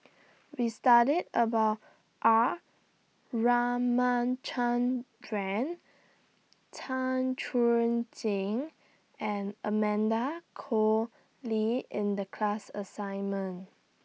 We studied about R Ramachandran Tan Chuan Jin and Amanda Koe Lee in The class assignment